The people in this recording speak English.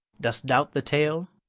dost doubt the tale?